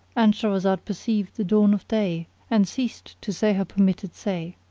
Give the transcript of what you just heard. and shahrazad perceived the dawn of day and ceased to say her permitted say.